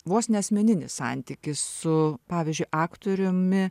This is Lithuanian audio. vos ne asmeninis santykis su pavyzdžiui aktoriumi